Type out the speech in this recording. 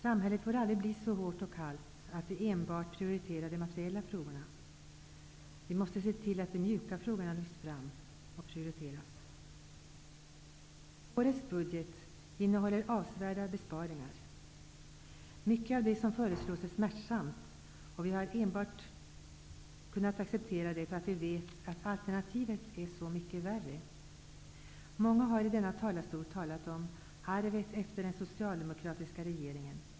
Samhället får aldrig bli så hårt och kallt att det enbart prioriterar de materiella frå gorna. Vi måste se till att de ''mjuka frågorna'' lyfts fram och prioriteras. Årets budget innehåller avsevärda besparingar. Mycket av det som föreslås är smärtsamt, och vi har enbart kunnat acceptera det för att vi vet att alternativet är så mycket värre. Många har i denna talarstol talat om arvet efter den socialde mokratiska regeringen.